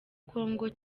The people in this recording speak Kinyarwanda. congo